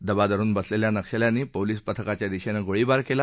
दबा धरुन बसलेल्या नक्षल्यांनी पोलीस पथकाच्या दिशेनं गोळीबार केला